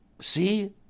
see